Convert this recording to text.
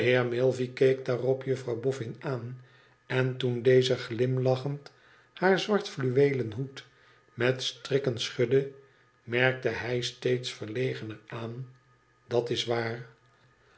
keek daarop juffrouw boffin aan en toen deze glim lachend haar zwart fluweelén hoed met strikken schudde merkte hij steeds verlegener aan dat is waar